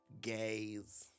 Gays